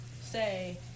say